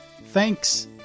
Thanks